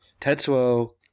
Tetsuo